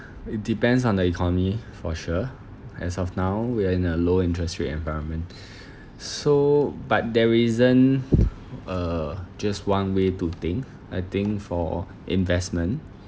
it depends on the economy for sure as of now we are in a low interest rate environment so but there isn't uh just one way to think I think for investment